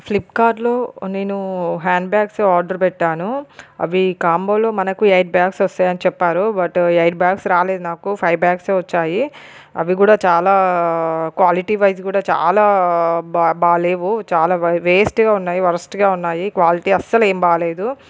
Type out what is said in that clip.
ఫ్లిఫ్కార్ట్లో నేను handbags order పెట్టాను అవి కాంబోలో మనకు ఎయిట్ బ్యాగ్స్ వస్తాయి అని చెప్పారు బట్ ఎయిట్ బ్యాగ్స్ రాలేదు నాకు ఫైవ్ బ్యాగ్సే వచ్చాయి అవి కూడా చాలా క్వాలిటీ వైజ్ కూడా చాలా బా బాగాలేవు చాలా వె వేస్ట్గా ఉన్నాయి వరస్ట్గా ఉన్నాయి క్వాలిటీ అస్సలేం బాగాలేదు